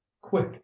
quick